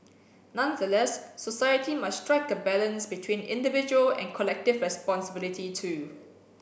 nonetheless society must strike a balance between individual and collective responsibility too